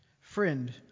Friend